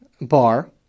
bar